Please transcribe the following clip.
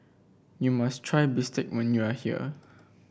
you must try bistake when you are here